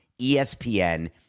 ESPN